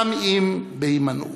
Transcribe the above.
גם אם בהימנעות.